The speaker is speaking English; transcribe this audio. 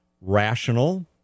rational